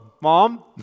mom